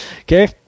okay